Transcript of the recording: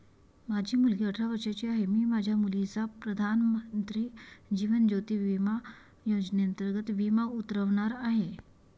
माझी मुलगी अठरा वर्षांची आहे, मी माझ्या मुलीचा प्रधानमंत्री जीवन ज्योती विमा योजनेअंतर्गत विमा उतरवणार आहे